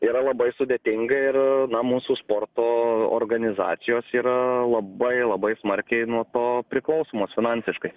yra labai sudėtinga ir na mūsų sporto organizacijos yra labai labai smarkiai nuo to priklausomos finansiškai